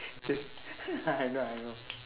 just I know I know